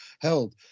held